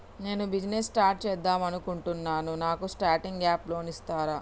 నేను business start చేద్దామనుకుంటున్నాను నాకు స్టార్టింగ్ అప్ లోన్ ఇస్తారా?